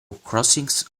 crossings